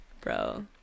bro